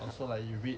also like you read